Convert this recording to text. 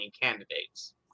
candidates